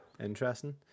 interesting